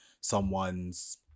someone's